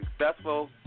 successful